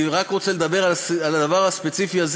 אני רק רוצה לדבר על הדבר הספציפי הזה.